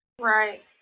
right